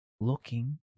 looking